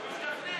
הוא השתכנע.